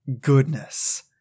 Goodness